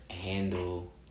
handle